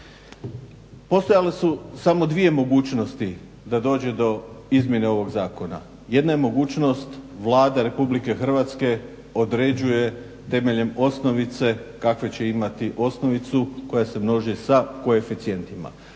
Postojale su samo dvije mogućnosti da dođe do izmjene ovog zakona, jedna je mogućnost Vlada RH određuje temeljem osnovice kakvu će imati osnovicu koja se množi sa koeficijentima.